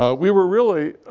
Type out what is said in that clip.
ah we were really,